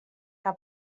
que